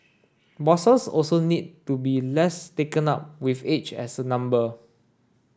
bosses also need to be less taken up with age as a number